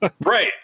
Right